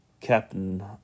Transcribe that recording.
Captain